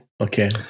Okay